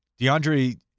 DeAndre